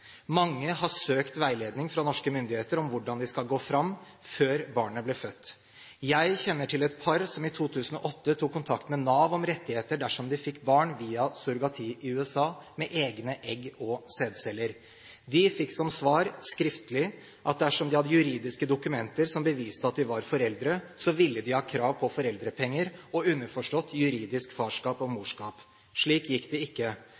Mange har søkt veiledning fra norske myndigheter om hvordan de skulle gå fram, før barnet ble født. Jeg kjenner til et par som i 2008 tok kontakt med Nav om rettigheter dersom de fikk barn via surrogati i USA med egne egg- og sædceller. De fikk som svar – skriftlig – at dersom de hadde juridiske dokumenter som beviste at de var foreldre, ville de ha krav på foreldrepenger – og underforstått juridisk farskap/morskap. Slik gikk det ikke.